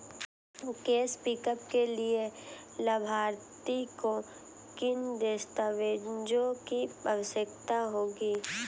Cash pickup के लिए लाभार्थी को किन दस्तावेजों की आवश्यकता होगी?